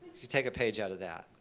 you take a page out of that,